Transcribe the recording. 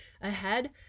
ahead